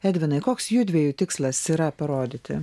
edvinai koks judviejų tikslas yra parodyti